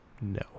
No